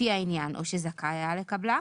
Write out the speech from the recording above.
לפי העיין, או שזכאי היה לקבלה,